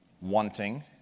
wanting